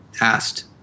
asked